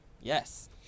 yes